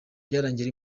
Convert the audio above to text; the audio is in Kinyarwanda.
byarangiye